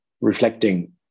reflecting